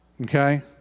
Okay